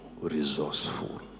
resourceful